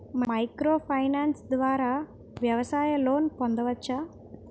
Micro finance ద్వారా వ్యవసాయ loan పొందవచ్చా?